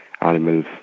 animals